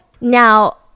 Now